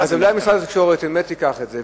אז אולי שמשרד התקשורת באמת ייקח את זה,